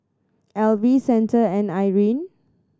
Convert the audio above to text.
Elvie Santa and Irene